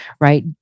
right